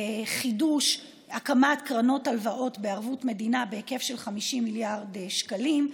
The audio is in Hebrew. וחידוש הקמת קרנות הלוואות בערבות מדינה בהיקף של 50 מיליארד שקלים.